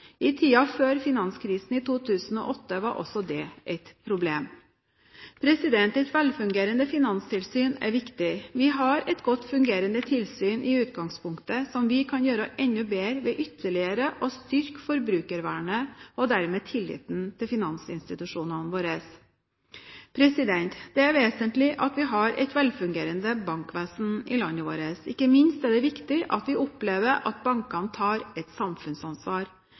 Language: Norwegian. I tiden før finanskrisen i 2008 var også det et problem. Et velfungerende Finanstilsyn er viktig. Vi har et godt fungerende tilsyn i utgangspunktet, som vi kan gjøre enda bedre ved ytterligere å styrke forbrukervernet og dermed tilliten til finansinstitusjonene våre. Det er vesentlig at vi har et velfungerende bankvesen i landet vårt. Ikke minst er det viktig at vi opplever at bankene tar et samfunnsansvar.